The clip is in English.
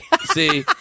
see